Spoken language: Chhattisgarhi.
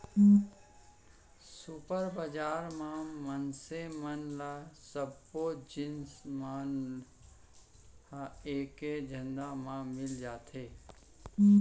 सुपर बजार म मनसे मन ल सब्बो जिनिस मन ह एके जघा म मिल जाथे